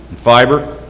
fiber,